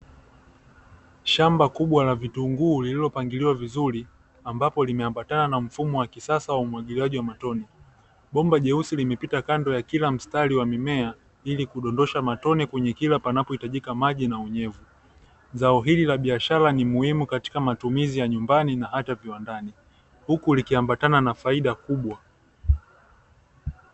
Shamba kubwa la vitunguu lililopangiliwa vizuri, ambapolimeambatana na mfumo wa kisasa wa umwagiliaji wa matone bomba jeusi limepita karibu nakila mstari wa mimea ilikudondosha matone kwenye kilapanapo hitajika maji na unyevu.